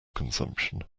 consumption